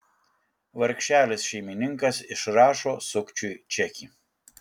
vargšelis šeimininkas išrašo sukčiui čekį